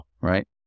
right